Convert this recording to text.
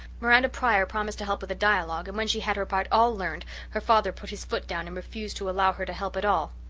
miranda pryor promised to help with a dialogue and when she had her part all learnt her father put his foot down and refused to allow her to help at all.